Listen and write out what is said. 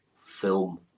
film